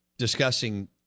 discussing